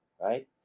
right